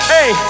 Hey